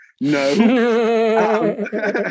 No